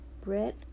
Bread